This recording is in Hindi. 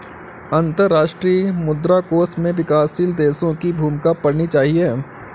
अंतर्राष्ट्रीय मुद्रा कोष में विकासशील देशों की भूमिका पढ़नी चाहिए